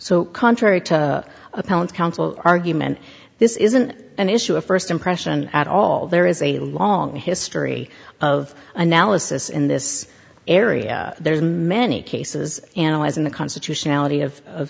so contrary to appellant counsel argument this isn't an issue of first impression at all there is a long history of analysis in this area there are many cases analyzing the constitutionality of